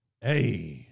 Hey